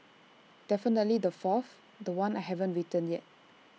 definitely the fourth The One I haven't written yet